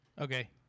Okay